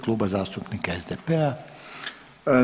Kluba zastupnika SDP-a.